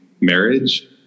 marriage